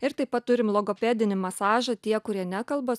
ir taip pat turim logopedinį masažą tie kurie nekalba